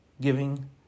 giving